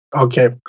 Okay